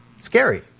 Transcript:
scary